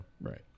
Right